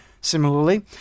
Similarly